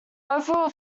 overall